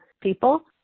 people